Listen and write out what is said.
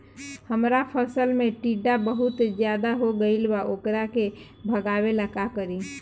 हमरा फसल में टिड्डा बहुत ज्यादा हो गइल बा वोकरा के भागावेला का करी?